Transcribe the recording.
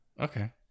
okay